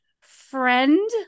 friend